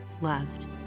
loved